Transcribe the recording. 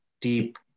deep